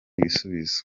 igisubizo